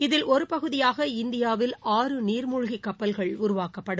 இதில் ஒரு பகுதியாக இந்தியாவில் ஆறு நீர்மூழ்கி கப்பல்கள் உருவாக்கப்படும்